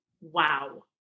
Wow